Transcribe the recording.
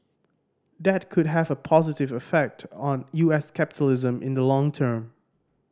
that could have a positive effect on U S capitalism in the long term